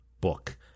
book